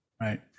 Right